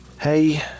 Hey